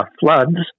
floods